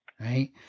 right